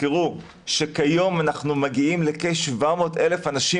שכיום אנחנו מגיעים לכ-700,000 אנשים